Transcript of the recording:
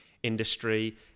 industry